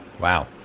Wow